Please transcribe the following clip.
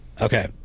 Okay